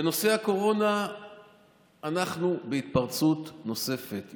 בנושא הקורונה אנחנו בהתפרצות נוספת.